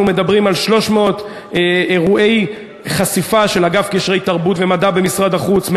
אנחנו מדברים על 300 אירועי חשיפה של אגף קשרי תרבות ומדע במשרד החוץ,